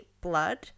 blood